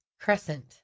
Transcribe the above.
Crescent